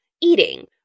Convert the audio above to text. eating